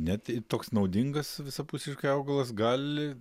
net i toks naudingas visapusiškai augalas gali